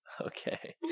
Okay